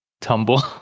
tumble